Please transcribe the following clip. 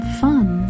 fun